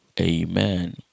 Amen